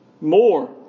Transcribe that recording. more